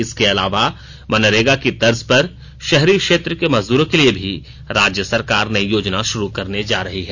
इसके अलावा मनरेगा की तर्ज पर शहरी क्षेत्र के मजदूरों के लिए भी राज्य सरकार नई योजना शुरू करने जा रही है